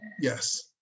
Yes